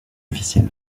officiel